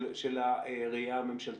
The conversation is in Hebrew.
של הראייה הממשלתית.